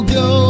go